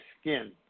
skin